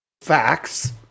facts